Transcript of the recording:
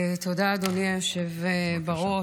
אדוני היושב בראש.